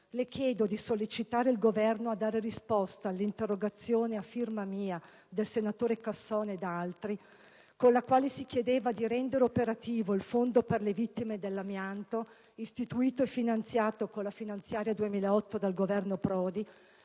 le chiedo di sollecitare il Governo a dare risposta all'interrogazione a firma mia, del senatore Casson ed altri, con la quale si chiede di rendere operativo il fondo per le vittime dell'amianto, istituito e finanziato con la finanziaria 2008 dal Governo Prodi,